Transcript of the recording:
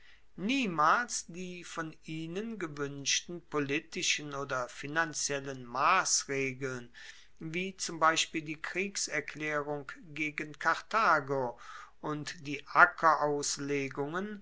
niemals die von ihnen gewuenschten politischen oder finanziellen massregeln wie zum beispiel die kriegserklaerung gegen karthago und die